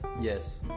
yes